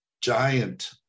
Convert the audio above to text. giant